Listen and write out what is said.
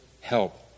help